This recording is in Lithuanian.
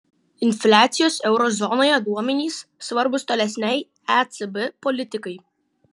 infliacijos euro zonoje duomenys svarbūs tolesnei ecb politikai